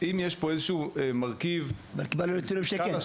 אם יש פה איזה שהוא מרכיב -- אבל קיבלנו נתונים שכן.